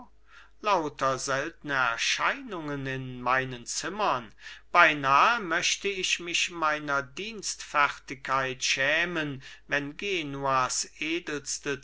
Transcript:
lauter seltne erscheinungen in meinen zimmern beinahe möchte ich mich meiner dienstfertigkeit schämen wenn genuas edelste